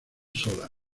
sola